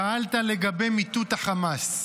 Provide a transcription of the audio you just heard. שאלת לגבי מיטוט החמאס,